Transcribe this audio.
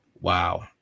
Wow